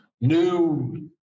new